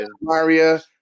Maria